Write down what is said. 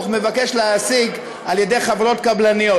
מבקשים להעסיק על-ידי חברות קבלניות.